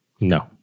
No